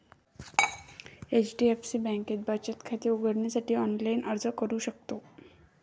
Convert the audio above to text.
HDFC बँकेत बचत खाते उघडण्यासाठी ऑनलाइन अर्ज करू शकता